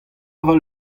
aval